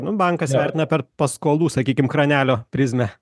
nu bankas vertina per paskolų sakykim kranelio prizmę